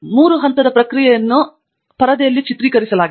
ಮೂರು ಹಂತದ ಪ್ರಕ್ರಿಯೆಯನ್ನು ಈ ಪರದೆಯಲ್ಲಿ ಚಿತ್ರೀಕರಿಸಲಾಗಿದೆ